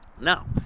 Now